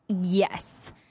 Yes